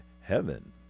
heaven